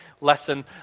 lesson